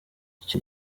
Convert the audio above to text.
icyo